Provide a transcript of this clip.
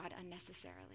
unnecessarily